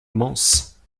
manses